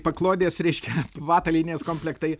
paklodės reiškia patalinės komplektai